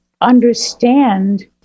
understand